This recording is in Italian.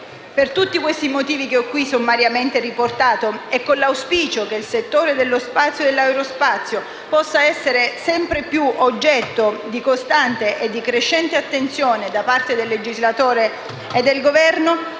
Per tutti i motivi che ho qui sommariamente riportato e con l'auspicio che il settore dello spazio e dell'aerospazio possa essere oggetto di costante e crescente attenzione da parte del legislatore e del Governo,